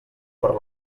per